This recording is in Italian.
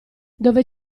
dove